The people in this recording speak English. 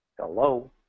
Hello